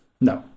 no